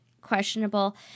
questionable